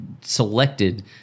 selected